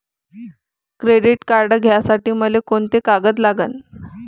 Credit card घ्यासाठी मले कोंते कागद लागन?